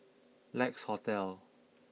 Lex Hotel